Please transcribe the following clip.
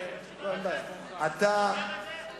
אתה זוכר את זה?